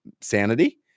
sanity